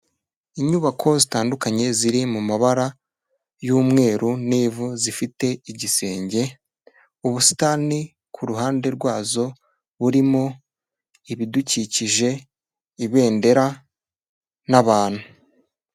Inyubako zitandukanye ziri mu mabara y'umweru n'ivu, zifite igisenge, ubusitani ku ruhande rwazo, burimo ibidukikije, ibendera n'abantu.